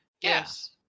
Yes